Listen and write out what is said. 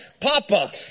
Papa